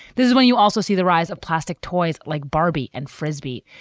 is when you also see the rise of plastic toys like barbie and frisbee.